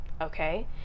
okay